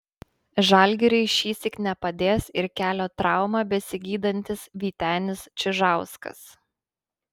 žalgiriui šįsyk nepadės ir kelio traumą besigydantis vytenis čižauskas